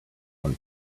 one